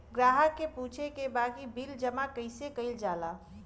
ग्राहक के पूछे के बा की बिल जमा कैसे कईल जाला?